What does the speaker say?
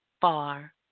far